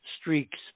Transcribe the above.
streaks